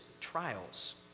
trials